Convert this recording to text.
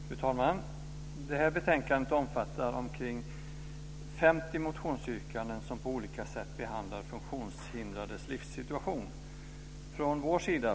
Fru talman! Det här betänkandet omfattar omkring 50 motionsyrkanden som på olika sätt behandlar funktionshindrades livssituation.